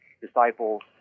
disciples